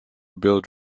build